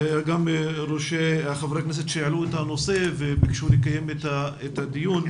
גם מחברי הכנסת שהעלו את הנושא וביקשו לקיים את הדיון.